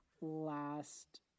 last